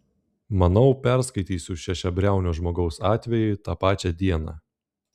manau perskaitysiu šešiabriaunio žmogaus atvejį tą pačią dieną